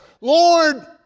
Lord